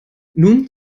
nun